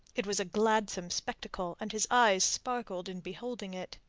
it was a gladsome spectacle, and his eyes sparkled in beholding it.